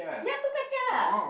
ya two packet lah